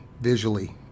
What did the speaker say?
visually